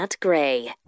gray